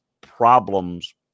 problems